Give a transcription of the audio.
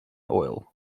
oil